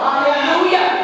oh yeah